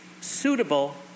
suitable